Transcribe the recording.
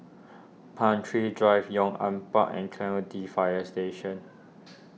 Pan Tree Drive Yong An Park and Clementi Fire Station